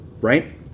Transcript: Right